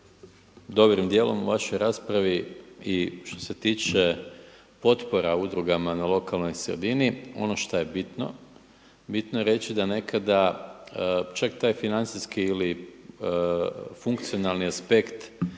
dobrim dijelom u vašoj raspravi i što se tiče potpora udrugama na lokalnoj sredini. Ono što je bitno, bitno je reći da nekada čak taj financijski ili funkcionalni aspekt